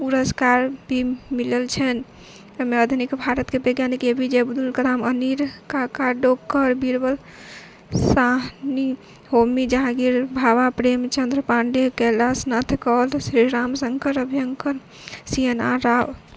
पुरष्रकार भी मिलल छनि एहिमे आधुनिक भारत के वैज्ञानिक एपीजे अब्दुल कलाम होमी जहाँगीर भाभा प्रेमचंद्र पाण्डेय कैलाश नाथ कौल श्रीराम शंकर अभ्यंकर सीएनआर राव